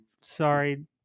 sorry